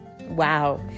Wow